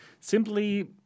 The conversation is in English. simply